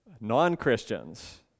non-Christians